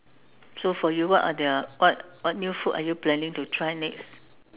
so for you what are the what what new food are you planning to try next